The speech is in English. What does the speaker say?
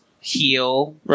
heal